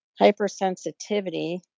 Hypersensitivity